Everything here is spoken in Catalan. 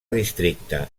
districte